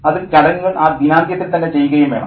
അതും ചടങ്ങുകൾ ആ ദിനാന്ത്യത്തിൽ തന്നെ ചെയ്യുകയും വേണം